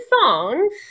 songs